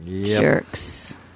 Jerks